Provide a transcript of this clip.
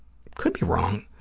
could be wrong,